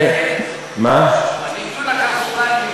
הביטוי "לקרסוליים"